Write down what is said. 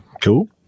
Cool